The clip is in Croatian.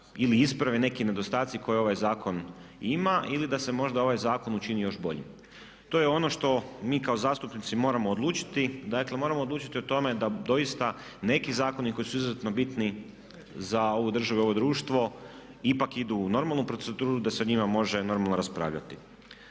ili isprave neki nedostaci koje ovaj zakon ima ili da se možda ovaj zakon učini još boljim. To je ono što mi kao zastupnici moramo odlučiti. Dakle moramo odlučiti o tome da doista neki zakoni koji su izuzetno bitni za ovu državu i ovo društvo ipak idu u normalnu proceduru, da se o njima može normalno raspravljati.